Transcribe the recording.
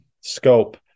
scope